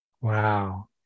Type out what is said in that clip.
Wow